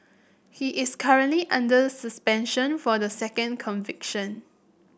he is currently under suspension for the second conviction